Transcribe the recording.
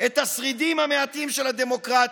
את השרידים המעטים של הדמוקרטיה.